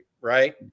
right